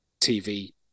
TV